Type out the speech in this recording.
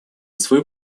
свою